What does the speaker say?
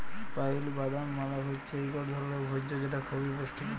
pile বাদাম মালে হৈচ্যে ইকট ধরলের ভোজ্য যেটা খবি পুষ্টিকর